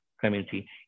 community